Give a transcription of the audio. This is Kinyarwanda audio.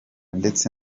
ndetse